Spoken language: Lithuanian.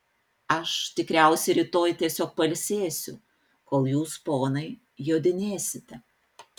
aš tikriausiai rytoj tiesiog pailsėsiu kol jūs ponai jodinėsite